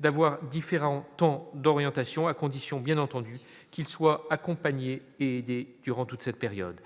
d'avoir différents tant d'orientation à condition bien entendu qu'il soit accompagné et durant toute cette période,